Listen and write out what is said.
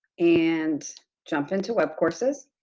and jump into webcourses.